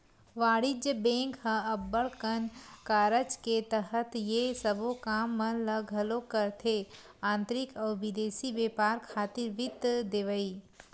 वाणिज्य बेंक ह अब्बड़ कन कारज के तहत ये सबो काम मन ल घलोक करथे आंतरिक अउ बिदेसी बेपार खातिर वित्त देवई